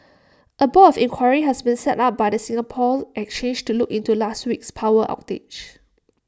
A board of inquiry has been set up by the Singapore exchange to look into last week's power outage